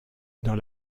dans